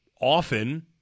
often